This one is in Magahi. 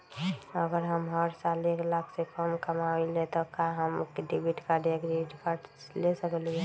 अगर हम हर साल एक लाख से कम कमावईले त का हम डेबिट कार्ड या क्रेडिट कार्ड ले सकीला?